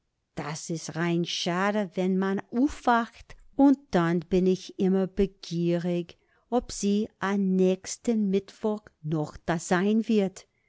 das is rein schade wenn man uffwacht und dann bin ich immer begierig ob sie a nächsten mittwoch noch da sein wird